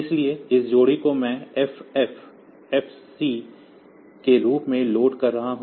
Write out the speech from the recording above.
इसलिए इस जोड़ी को मैं FFFC के रूप में लोड कर रहा हूं